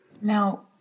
Now